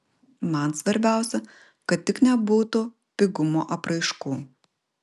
man svarbiausia kad tik nebūtų pigumo apraiškų